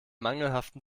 mangelhaften